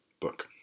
book